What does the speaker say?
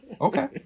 Okay